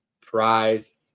Prize